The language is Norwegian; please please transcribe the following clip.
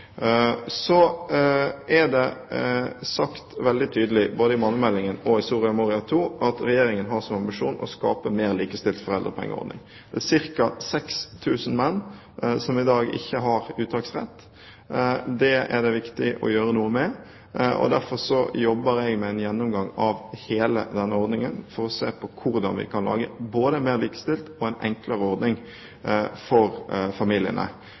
Så er det sagt veldig tydelig, både i mannemeldingen og i Soria Moria II, at Regjeringen har som ambisjon å få til en mer likestilt foreldrepengeordning. Det er ca. 6 000 menn som i dag ikke har uttaksrett, og det er det viktig å gjøre noe med. Derfor jobber jeg med en gjennomgang av hele denne ordningen for å se på hvordan vi kan lage både en mer likestilt ordning og en enklere ordning for familiene.